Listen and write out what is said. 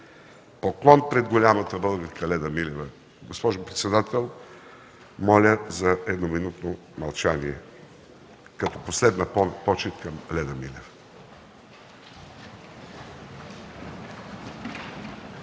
Поклон пред голямата българка Леда Милева! Госпожо председател, моля за едноминутно мълчание като последна почит към Леда Милева.